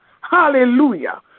Hallelujah